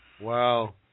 Wow